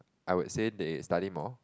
I would say they study more